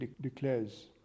declares